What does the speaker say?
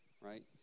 right